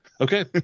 Okay